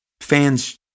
fans